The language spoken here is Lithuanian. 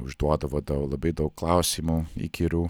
užduodavo dau labai daug klausimų įkyrių